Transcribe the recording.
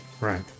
Right